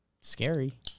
Scary